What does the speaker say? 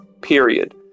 period